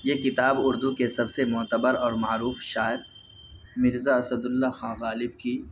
یہ کتاب اردو کے سب سے معتبر اور معروف شاعر مرزا اسد اللہ خاں غالب کی